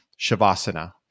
Shavasana